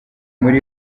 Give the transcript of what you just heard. muri